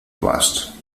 blast